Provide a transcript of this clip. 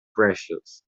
precious